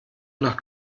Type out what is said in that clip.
nach